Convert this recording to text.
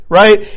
right